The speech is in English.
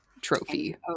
trophy